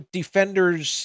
defenders